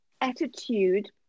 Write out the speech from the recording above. attitude